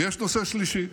ויש נושא שלישי,